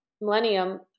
millennium